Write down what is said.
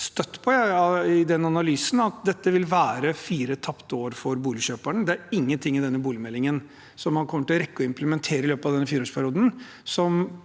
støtt på at dette vil være fire tapte år for boligkjøperne. Det er ingenting i denne boligmeldingen som man kommer til å rekke å implementere i løpet av denne fireårsperioden,